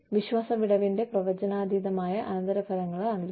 വിശ്വാസ വിടവിന്റെ പ്രവചനാതീതമായ അനന്തരഫലങ്ങളാണിവ